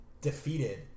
defeated